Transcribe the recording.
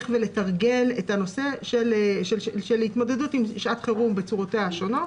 ולתרגל את ההתמודדות עם שעת חירום בצורותיה השונות.